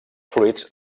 fruits